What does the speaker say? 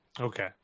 Okay